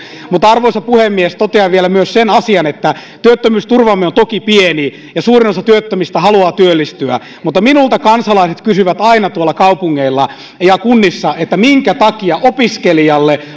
arvoisa puhemies totean vielä myös sen asian että työttömyysturvamme on toki pieni ja suurin osa työttömistä haluaa työllistyä mutta minulta kansalaiset kysyvät aina tuolla kaupungeilla ja kunnissa minkä takia opiskelijan